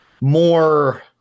more